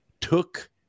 took